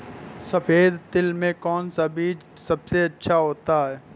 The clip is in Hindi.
सफेद तिल में कौन सा बीज सबसे अच्छा होता है?